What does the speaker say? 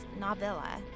novella